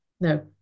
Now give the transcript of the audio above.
No